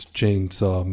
Chainsaw